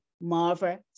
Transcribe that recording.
Marva